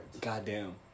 Goddamn